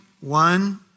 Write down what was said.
one